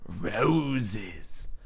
roses